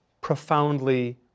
profoundly